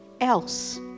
Else